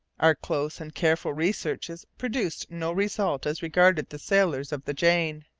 our close and careful researches produced no result as regarded the sailors of the jane.